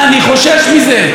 אני חושש מזה.